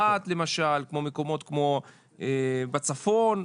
במקומות כמו ערד ובמקומות נוספים בצפון,